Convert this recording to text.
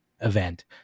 event